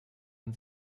man